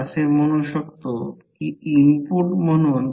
तर बाजू प्रत्येकी 3 सेंटीमीटर आहेत